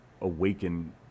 awaken